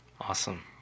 awesome